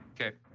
Okay